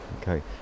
Okay